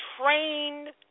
trained